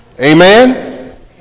Amen